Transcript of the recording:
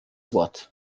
wort